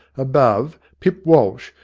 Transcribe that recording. above, pip walsh,